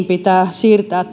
pitää siirtää